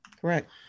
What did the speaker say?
correct